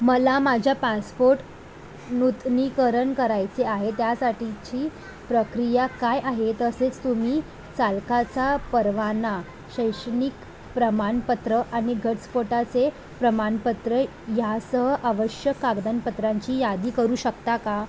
मला माझ्या पासपोट नूतनीकरण करायचे आहे त्यासाठीची प्रक्रिया काय आहे तसेच तुम्ही चालकाचा परवाना शैक्षणिक प्रमाणपत्र आणि घटस्फोटाचे प्रमाणपत्र ह्या सह आवश्यक कागदपत्रांची यादी करू शकता का